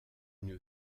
une